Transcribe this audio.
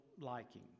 liking